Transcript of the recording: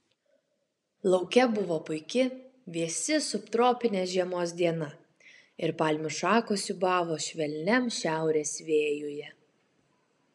lauke buvo puiki vėsi subtropinės žiemos diena ir palmių šakos siūbavo švelniam šiaurės vėjuje